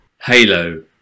Halo